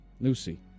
Lucy